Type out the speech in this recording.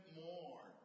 more